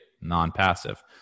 non-passive